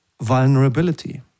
vulnerability